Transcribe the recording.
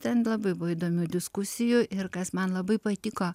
ten labai buvo įdomių diskusijų ir kas man labai patiko